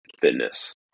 fitness